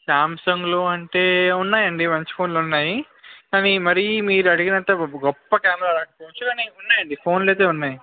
సాంసంగ్లో అంటే ఉన్నాయండి మంచి ఫోన్లు ఉన్నాయి కానీ మరి మీరు అడిగినంత గొప్ప కెమెరాలు అంటే కానీ ఉన్నాయండి ఫోన్లు అయితే ఉన్నాయి